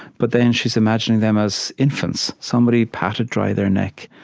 but then she's imagining them as infants. somebody patted dry their neck.